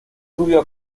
rubio